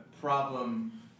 problem